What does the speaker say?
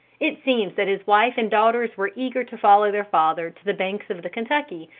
it seems that his wife and daughters were eager to follow their father to the banks of the kentucky,